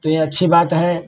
तो यह अच्छी बात है